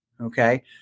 Okay